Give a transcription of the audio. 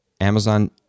Amazon